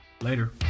Later